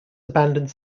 abandoned